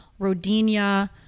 Rodinia